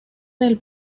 del